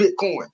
Bitcoin